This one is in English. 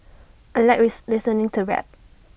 I Like read listening to rap